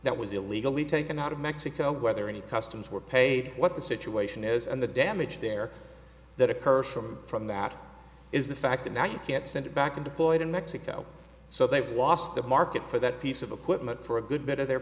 that was illegally taken out of mexico whether any customs were paid what the situation is and the damage there that occurs from from that is the fact that now you can't send it back in the boy to mexico so they've lost the market for that piece of equipment for a good bit of their